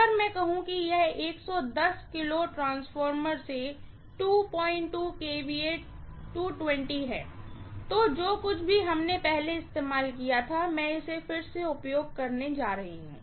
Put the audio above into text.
अगर मैं कहूं कि यह ट्रांसफार्मर से V है तो जो कुछ भी हमने पहले इस्तेमाल किया था मैं इसे फिर से उपयोग कर रही हूँ